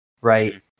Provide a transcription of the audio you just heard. right